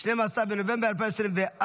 12 בנובמבר 2024,